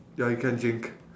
ya you can drink